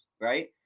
right